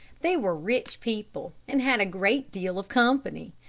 they were rich people and had a great deal of company.